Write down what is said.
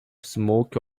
smoke